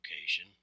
location